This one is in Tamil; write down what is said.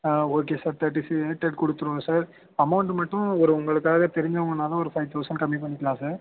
ஆ ஓகே சார் தேர்ட்டி சீட்டே கொடுத்துடுவோம் சார் அமௌண்ட்டு மட்டும் ஒரு உங்களுக்காக தெரிஞ்சவங்கனால் ஒரு ஃபைவ் தௌசண்ட் கம்மி பண்ணிக்கலாம் சார்